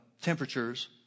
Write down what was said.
temperatures